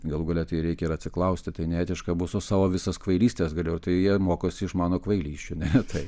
galų gale tai reikia ir atsiklausti tai neetiška būtų savo visas kvailystes galiu tai jie mokosi iš mano kvailysčių ne taip